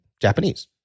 Japanese